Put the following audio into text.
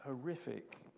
horrific